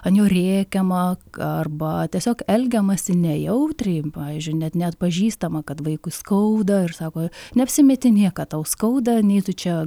ant jo rėkiama arba tiesiog elgiamasi nejautriai pavyzdžiui net neatpažįstama kad vaikui skauda ir sako neapsimetinėk kad tau skauda nei tu čia